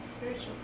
Spiritual